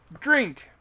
drink